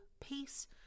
peace